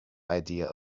idea